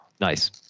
nice